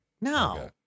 No